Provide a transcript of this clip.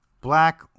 black